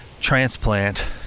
transplant